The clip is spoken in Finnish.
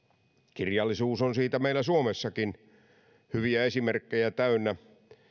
kirjallisuus on siitä meillä suomessakin hyviä esimerkkejä täynnä